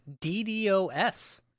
DDoS